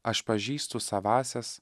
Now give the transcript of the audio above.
aš pažįstu savąsias